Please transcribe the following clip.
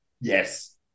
Yes